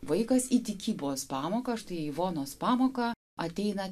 vaikas į tikybos pamoką štai į ivonos pamoką ateina